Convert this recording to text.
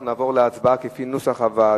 אנחנו נעבור להצבעה, כנוסח הוועדה.